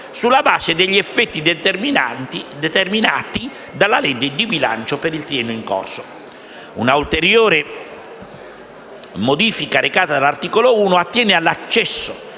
sulla base degli effetti determinati dalla legge di bilancio per il triennio in corso. Una ulteriore modifica recata dall'articolo 1 attiene all'accesso